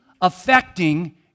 affecting